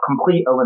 complete